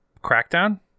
Crackdown